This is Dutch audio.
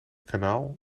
kanaal